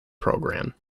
program